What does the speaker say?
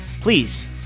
please